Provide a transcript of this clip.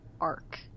arc